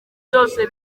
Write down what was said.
bose